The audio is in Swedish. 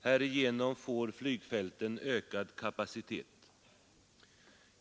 Härigenom får flygfälten ökad kapacitet.